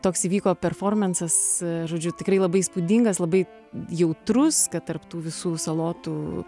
toks įvyko performansas žodžiu tikrai labai įspūdingas labai jautrus kad tarp tų visų salotų